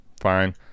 fine